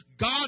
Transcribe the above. God